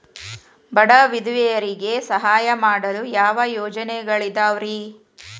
ಬಡ ವಿಧವೆಯರಿಗೆ ಸಹಾಯ ಮಾಡಲು ಯಾವ ಯೋಜನೆಗಳಿದಾವ್ರಿ?